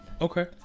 Okay